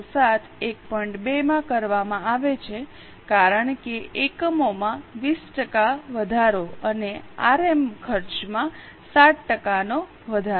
2 માં કરવામાં આવે છે કારણ કે એકમોમાં 20 ટકા વધારો અને આરએમ ખર્ચમાં 7 ટકાનો વધારો